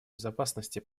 безопасности